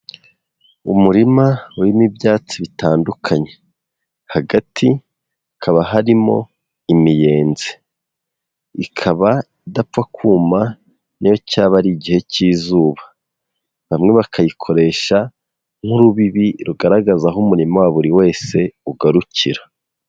Umurima urimo ibyatsi bitandukanye, hagati hakaba harimo imiyenzi, ikaba idapfa kuma n'iyo cyaba ari igihe cy'izuba, bamwe bakayikoresha nk'urubibi rugaragaza aho umurima wa buri wese ugarukira.